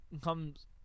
comes